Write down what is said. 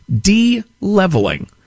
De-leveling